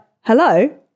Hello